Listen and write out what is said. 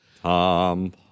Tom